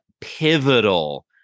pivotal